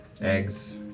Eggs